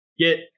get